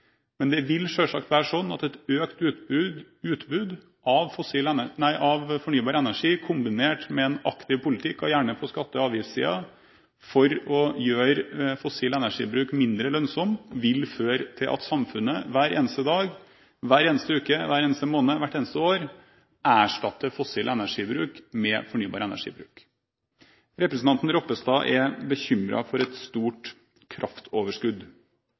Men det vil selvsagt være slik at et økt utbud av fornybar energi, kombinert med en aktiv politikk, gjerne på skatte- og avgiftssiden, for å gjøre fossil energibruk mindre lønnsom, vil føre til at samfunnet hver eneste dag, hver eneste uke, hver eneste måned, hvert eneste år erstatter fossil energibruk med fornybar energibruk. Representanten Ropstad er bekymret for et stort kraftoverskudd.